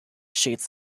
shades